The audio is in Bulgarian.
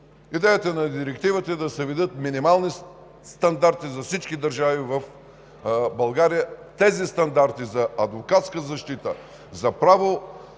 Идеята на Директивата е да се въведат минимални стандарти за всички държави в Европа – тези стандарти за адвокатска защита, за право